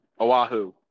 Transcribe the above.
Oahu